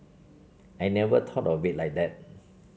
I never thought of it like that